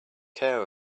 care